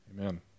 Amen